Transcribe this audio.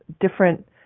different